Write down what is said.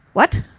what?